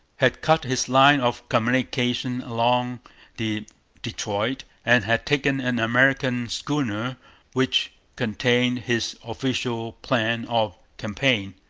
had cut his line of communication along the detroit and had taken an american schooner which contained his official plan of campaign,